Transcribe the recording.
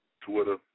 twitter